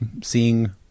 seeing